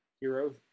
hero